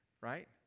right